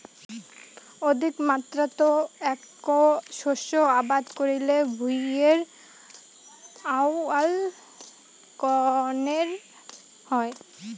অধিকমাত্রাত এ্যাক শস্য আবাদ করিলে ভূঁইয়ের আউয়াল কণেক হয়